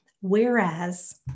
Whereas